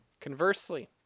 Conversely